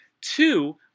two